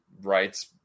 rights